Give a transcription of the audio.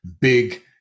big